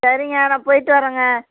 சரிங்க நான் போய்விட்டு வரேங்க